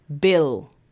bill